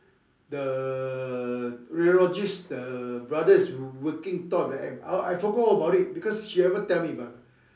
the radiologist the brother is working Top of the M I forgot all about it because she ever tell me but